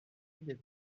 des